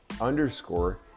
underscore